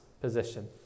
position